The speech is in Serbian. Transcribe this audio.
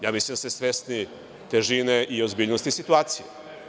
Ja mislim da ste svesni težine i ozbiljnosti situacije.